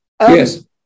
Yes